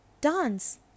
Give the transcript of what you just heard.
Dance